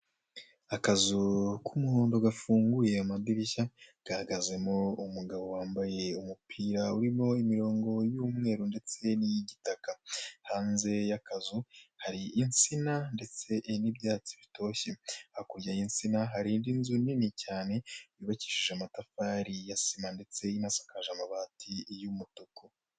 Akazu k'umuhondo, gafunguye amadirishya, gahagazemo umugabo wambaye umupira urimo imirongo y'umweru ndetse n'iy'igitaka. Hanze y'akazu hari insina ndetse n'ibyatsi bitoshye. Hakurya y'insina hari indi nzu nini cyane, yubakishije amatafari ya sima, ndetse inasakaje amabati y'umutuku.